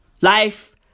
Life